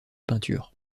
peintures